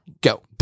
go